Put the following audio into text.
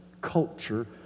culture